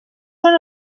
són